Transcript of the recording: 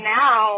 now